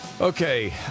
Okay